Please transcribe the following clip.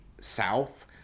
south